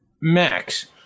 Max